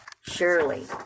Surely